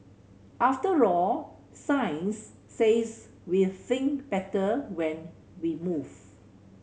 after all science says we think better when we move